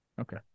Okay